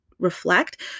reflect